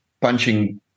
punching